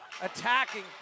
Attacking